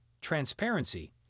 transparency